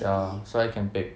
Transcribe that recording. ya so I can take